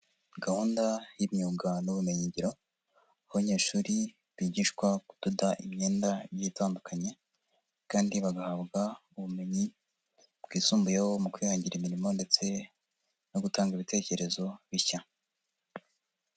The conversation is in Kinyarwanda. Gahunda y'imyunga n'ubumenyingiro aho abanyeshuri bigishwa kudoda imyenda igiye itandukanye kandi bagahabwa ubumenyi bwisumbuyeho mu kwihangira imirimo ndetse no gutanga ibitekerezo bishya.